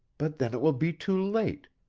but then it will be too late.